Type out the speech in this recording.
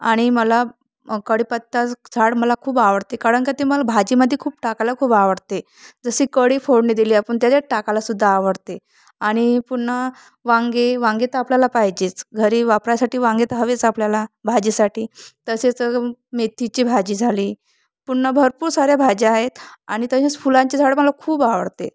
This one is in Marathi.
आणि मला कडीपत्ता झाड मला खूप आवडते कारण का ते मला भाजीमध्ये खूप टाकायला खूप आवडते जशी कढी फोडणी दिली आपण त्याच्यात टाकायलासुद्धा आवडते आणि पुन्हा वांगे वांगे तर आपल्याला पाहिजेच घरी वापरण्यासाठी वांगे तर हवेच आपल्याला भाजीसाठी तसेच मेथीची भाजी झाली पुन्हा भरपूर साऱ्या भाज्या आहेत आणि तसेच फुलांचे झाडं मला खूप आवडते